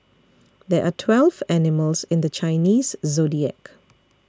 there are twelve animals in the Chinese zodiac